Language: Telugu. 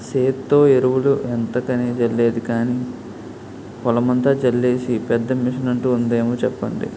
సేత్తో ఎరువులు ఎంతకని జల్లేది గానీ, పొలమంతా జల్లీసే పెద్ద మిసనుంటాదేమో సెప్పండి?